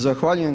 Zahvaljujem.